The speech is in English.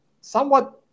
somewhat